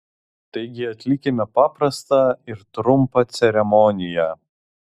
taigi atlikime paprastą ir trumpą ceremoniją